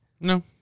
No